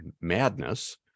madness